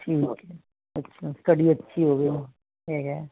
ਅੱਛੀ ਹੋ ਰਹੀ ਐ ਅੱਛਿਆ ਸਟਡੀ ਅੱਛੀ ਹੋਵੇ ਠੀਕ ਐ